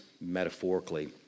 metaphorically